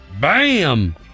Bam